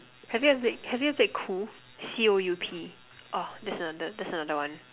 have you ever played have you played coup C O U P oh that's another that's another one